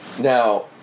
Now